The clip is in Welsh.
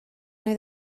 oedd